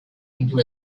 into